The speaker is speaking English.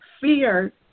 Fear